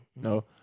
No